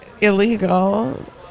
illegal